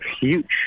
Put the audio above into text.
huge